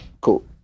cool